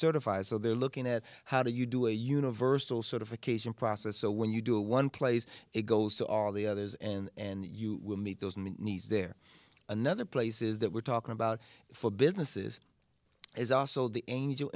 certified so they're looking at how do you do a universal sort of occasion process so when you do one place it goes to all the others and you will meet those needs there another places that we're talking about for businesses there's also the angel